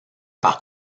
par